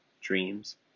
dreams